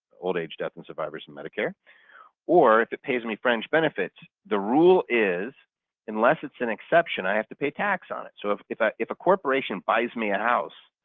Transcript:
old-age death and survivors and medicare or if it pays me fringe benefits, the rule is unless it's an exception, i have to pay tax on it. so if if ah a corporation buys me a house,